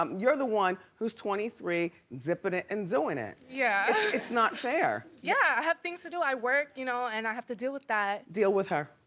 um you're the one who's twenty three, zipping it and doing it. yeah. it's not fair. yeah, i have things to do. i work, you know and i have to deal with that. deal with her,